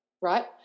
right